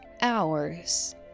hours